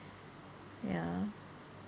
ya